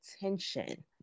attention